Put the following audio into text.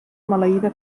maleïda